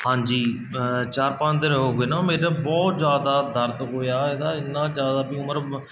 ਹਾਂਜੀ ਚਾਰ ਪੰਜ ਦਿਨ ਹੋ ਗਏ ਨਾ ਉਹ ਮੇਰਾ ਬਹੁਤ ਜ਼ਿਆਦਾ ਦਰਦ ਹੋਇਆ ਇਹਦਾ ਇੰਨਾ ਜ਼ਿਆਦਾ ਬਈ ਉਮਰ